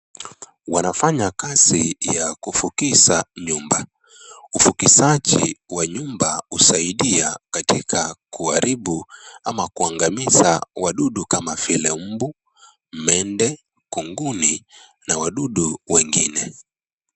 Wanafanya kazi ya kufukiza nyumba, ufukizaji wa nyumba husaidia katika kuaribu ama kuangamiza wadudu kama vile, mbu, mende, kunguni na wadudu wengine.